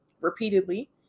repeatedly